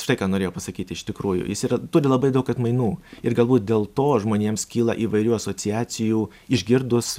štai ką norėjau pasakyti iš tikrųjų jis yra turi labai daug atmainų ir galbūt dėl to žmonėms kyla įvairių asociacijų išgirdus